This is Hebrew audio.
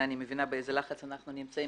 אני מבינה באיזה לחץ אנחנו נמצאים,